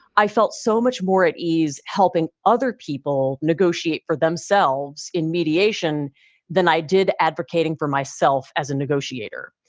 i felt so much more at ease helping other people negotiate for themselves in mediation than i did advocating for myself as a negotiator.